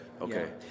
Okay